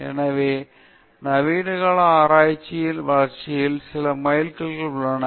எனவே நவீனகால ஆராய்ச்சியின் வளர்ச்சியில் சில மைல்கற்கள் உள்ளன